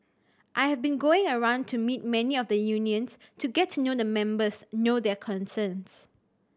I have been going around to meet many of the unions to get to know the members know their concerns